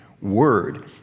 word